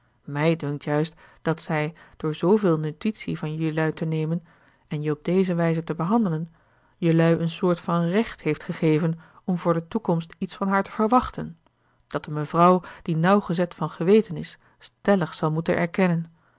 mij dunkt juist dat zij door zooveel notitie van jelui te nemen en je op deze wijze te behandelen jelui een soort van recht heeft gegeven om voor de toekomst iets van haar te verwachten dat een vrouw die nauwgezet van geweten is stellig zal moeten erkennen